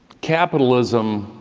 capitalism,